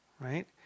Right